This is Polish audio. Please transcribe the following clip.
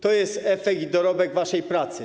To jest efekt i dorobek waszej pracy.